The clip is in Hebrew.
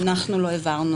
אנחנו לא העברנו